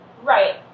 Right